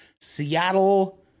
Seattle